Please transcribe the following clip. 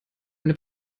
eine